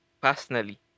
Personally